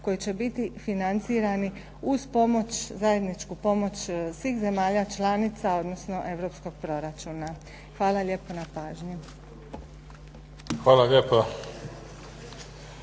koji će biti financirani uz pomoć, zajedničku pomoć svih zemalja članica odnosno europskog proračuna. Hvala lijepa na pažnji. **Mimica,